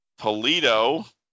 Polito